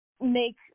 make